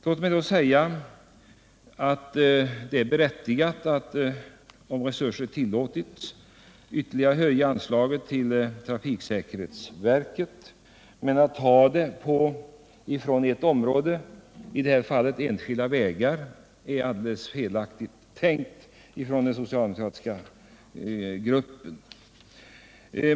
Låt mig säga att det är berättigat att, om resurserna tillåter det, ytterligare höja anslaget till trafiksäkerhetsverket, men att ta de pengarna från ett annat trafikområde — i det här fallet från enskilda vägar — är helt felaktigt tänkt av den socialdemokratiska gruppen.